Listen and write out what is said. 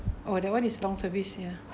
oh that one is long service ya